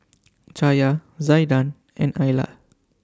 Chaya Zaiden and Ayla